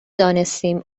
دانستیم